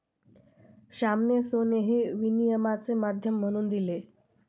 श्यामाने सोने हे विनिमयाचे माध्यम म्हणून दिले